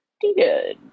good